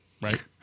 Right